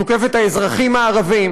תוקף את האזרחים הערבים.